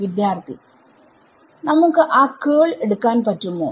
വിദ്യാർത്ഥി നമുക്ക് ആ കേൾ എടുക്കാൻ പറ്റുമോ